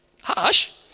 hush